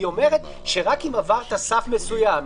היא אומרת שרק אם עברת סף מסוים,